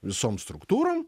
visom struktūrom